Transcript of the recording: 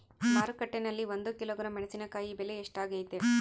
ಮಾರುಕಟ್ಟೆನಲ್ಲಿ ಒಂದು ಕಿಲೋಗ್ರಾಂ ಮೆಣಸಿನಕಾಯಿ ಬೆಲೆ ಎಷ್ಟಾಗೈತೆ?